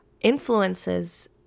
influences